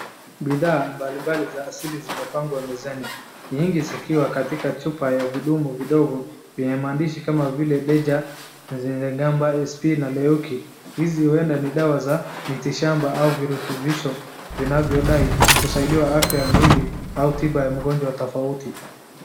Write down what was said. Bidhaa mbalimbali za asili zimepangwa mezani, nyingi zikiwa katika chupa ya vidumu vidogo vyenye maandishi kama vile deja, nzegamba, sp na leoki . Hizi hueda ni dawa za miti shamba au virutubisho vinavyodai kusaidiwa afya ya mwili au tiba ya mgonjwa tofauti.